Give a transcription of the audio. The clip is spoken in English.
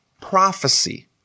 prophecy